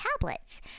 tablets